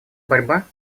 борьба